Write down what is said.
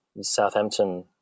Southampton